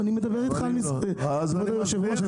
אדוני היושב-ראש,